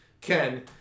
Ken